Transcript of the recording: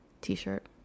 t-shirt